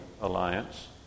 alliance